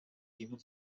human